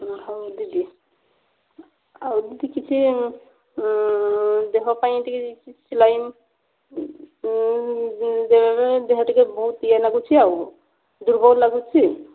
ହଁ ହେଉ ଦିଦି ଆଉ ଯଦି କିଛି ଦେହପାଇଁ କିଛି ସାଲାଇନ ଦେବେ ଦେହ ଟିକେ ବହୁତ ଇଏ ଲାଗୁଛି ଆଉ ଦୁର୍ବଳ ଲାଗୁଛି